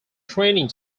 training